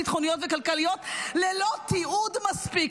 ביטחוניות וכלכליות ללא תיעוד" מספיק.